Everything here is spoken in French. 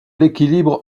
l’équilibre